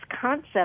concept